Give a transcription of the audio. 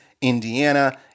Indiana